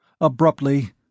Abruptly